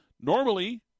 normally